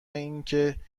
اینکه